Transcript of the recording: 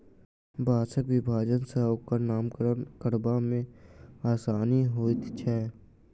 बाँसक विभाजन सॅ ओकर नामकरण करबा मे आसानी होइत छै